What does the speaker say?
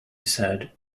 said